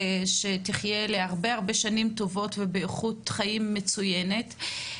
שתחייה להרבה שנים טובות ובאיכות חיים מצוינת,